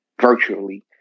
virtually